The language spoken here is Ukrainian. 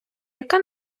яка